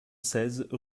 seize